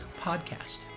podcast